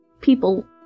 people